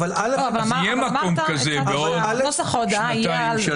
אז יהיה מקום כזה בעוד שנתיים-שלוש.